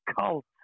cult